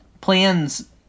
plans